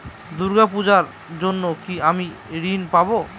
দূর্গা পূজার জন্য কি আমি ঋণ পাবো?